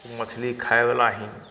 ओ मछली खाइवला ही